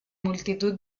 multitud